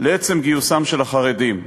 לעצם גיוסם של החרדים.